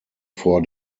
vor